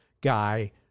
guy